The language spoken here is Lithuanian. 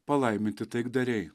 palaiminti taikdariai